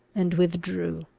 and withdrew.